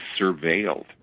surveilled